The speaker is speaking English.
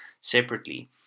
separately